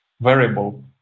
variable